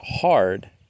hard